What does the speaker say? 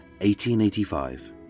1885